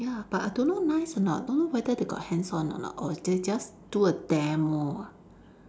ya but I don't know nice or not don't know whether they got hands on or not or they just do a demo ah